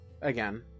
again